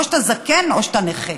או שאתה זקן או שאתה נכה,